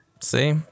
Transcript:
See